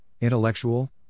Intellectual